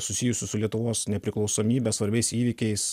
susijusių su lietuvos nepriklausomybe svarbiais įvykiais